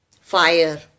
fire